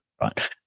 right